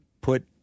put